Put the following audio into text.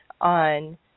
on